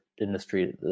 industry